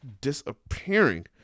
disappearing